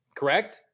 Correct